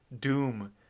doom